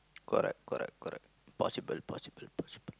correct correct correct possible possible possible